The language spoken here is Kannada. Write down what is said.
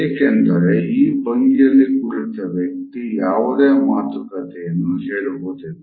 ಏಕೆಂದರೆ ಈ ಭಂಗಿಯಲ್ಲಿ ಕುಳಿತ ವ್ಯಕ್ತಿ ಯಾವುದೇ ಮಾತುಕತೆಯಲ್ಲಿ ಹೇಳುವುದಿಲ್ಲ